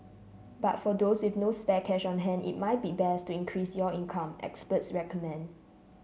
but for those with no spare cash on hand it might be best to increase your income experts recommend